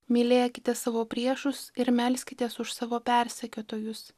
mylėkite savo priešus ir melskitės už savo persekiotojus